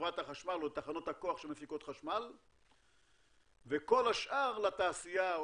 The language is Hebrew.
לחברת החשמל או תחנות הכוח שמפיקות חשמל וכל השאר לתעשייה,